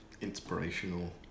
inspirational